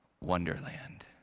Wonderland